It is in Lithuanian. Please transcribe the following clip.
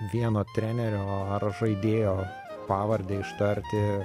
vieno trenerio ar žaidėjo pavardę ištarti